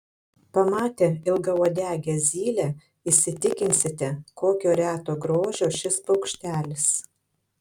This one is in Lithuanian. pamatę ilgauodegę zylę įsitikinsite kokio reto grožio šis paukštelis